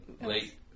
late